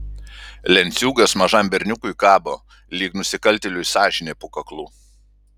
lenciūgas mažam berniukui kabo lyg nusikaltėliui sąžinė po kaklu